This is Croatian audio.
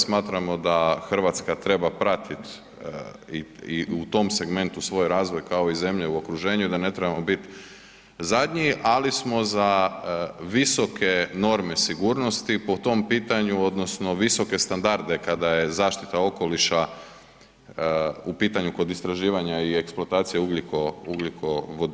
Smatramo da Hrvatska treba pratit i u tom segmentu svoj razvoj kao i zemlje u okruženju, da ne trebamo biti zadnji, ali smo za visoke norme sigurnosti po tom pitanju odnosno visoke standarde kada je zaštita okoliša u pitanju kod istraživanja i eksploatacije ugljikovodika.